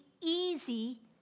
easy